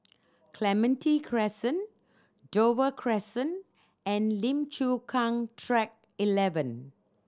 Clementi Crescent Dover Crescent and Lim Chu Kang Track Eleven